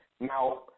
Now